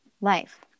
life